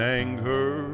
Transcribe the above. anger